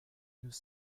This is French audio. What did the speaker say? nous